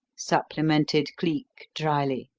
supplemented cleek, dryly.